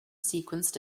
sequenced